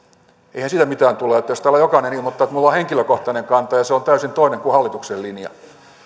eihän siitä mitään tule jos täällä jokainen ilmoittaa että minulla on henkilökohtainen kanta ja se on täysin toinen kuin hallituksen linja